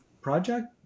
project